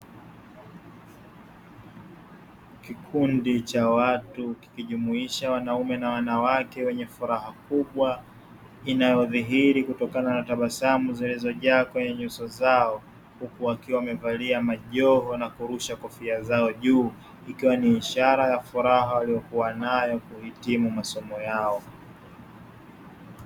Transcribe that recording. Kikundi cha watu kikijumuisha wanaume na wanawake wenye furaha kubwa inayodhihiri kutokana na tabasamu, zilizojaa kwenye nyuso zao huku wakiwa wamevalia majoho na kurusha kofia zao juu, ikiwa ni ishara ya furaha waliyokuwa nayo kuhitimu masomo yao.